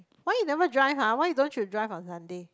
why you never drive ha why don't you drive on Sunday